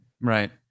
Right